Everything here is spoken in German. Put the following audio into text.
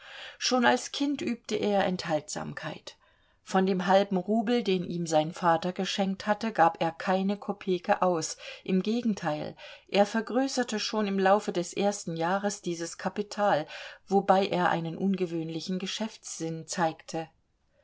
schon als kind übte er enthaltsamkeit von dem halben rubel den ihm sein vater geschenkt hatte gab er keine kopeke aus im gegenteil er vergrößerte schon im laufe des ersten jahres dieses kapital wobei er einen ungewöhnlichen geschäftssinn zeigte